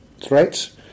threats